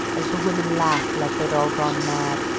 as the women laugh like they'd all gone mad,